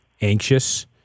anxious